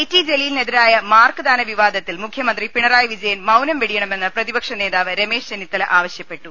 T ജലീലിനെതിരായ മാർക്ക്ദാന വിവാദത്തിൽ മുഖ്യ മന്ത്രി പിണറായി വിജയൻ മൌനം വെടിയണമെന്ന് പ്രതിപക്ഷനേ താവ് രമേശ് ചെന്നിത്തല ആവശ്യപ്പെട്ടു